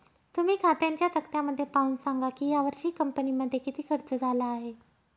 तुम्ही खात्यांच्या तक्त्यामध्ये पाहून सांगा की यावर्षी कंपनीमध्ये किती खर्च झाला आहे